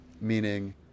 meaning